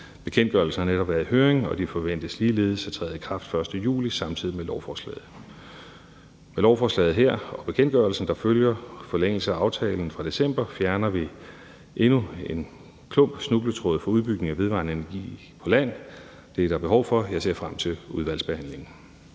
Bekendtgørelsen har netop været i høring, og den forventes ligeledes at træde i kraft 1. juli samtidig med lovforslaget. Med lovforslaget her og bekendtgørelsen, der følger forlængelse af aftalen fra december, fjerner vi endnu en snubletråd for udbygningen af vedvarende energi på land, og det er der behov for. Jeg ser frem til udvalgsbehandlingen.